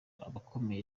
abakomeye